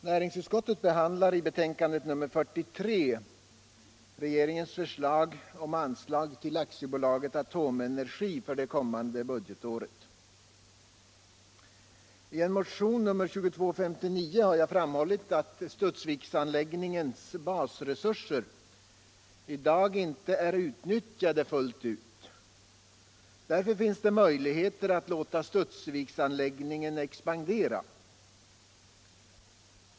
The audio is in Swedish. Herr talman! I betänkandet nr 43 behandlar näringsutskottet regeringens förslag om anslag till AB Atomenergi för det kommande budgetåret. I motionen 2259 har jag framhållit att Studsviksanläggningens basresurser i dag inte är utnyttjade fullt ut. Därför finns det möjligheter att låta Studsviksanläggningen expandera.